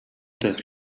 test